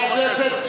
חברי הכנסת,